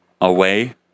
Away